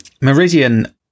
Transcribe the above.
Meridian